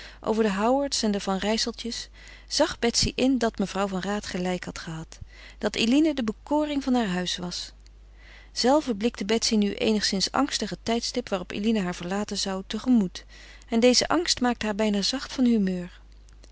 over de howards en de van rijsseltjes zag betsy in dat mevrouw van raat gelijk had gehad dat eline de bekoring van haar huis was zelve blikte betsy nu eenigszins angstig het tijdstip waarop eline haar verlaten zou te gemoet en deze angst maakte haar bijna zacht van humeur